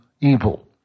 evil